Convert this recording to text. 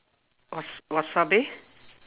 wa~ wasabi